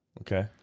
Okay